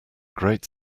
great